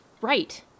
Right